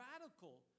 radical